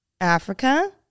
Africa